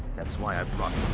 that's why i brought